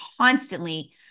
constantly